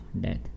death